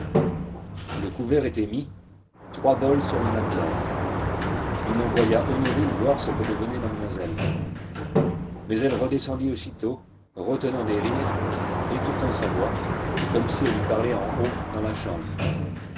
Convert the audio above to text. le couvert était mis trois bols sur la nappe blanche on envoya honorine voir ce que devenait mademoiselle mais elle redescendit aussitôt retenant des rires étouffant sa voix comme si elle eût parlé en haut dans la chambre